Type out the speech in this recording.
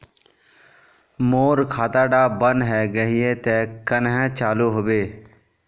मोर खाता डा बन है गहिये ते कन्हे चालू हैबे?